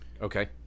Okay